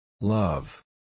Love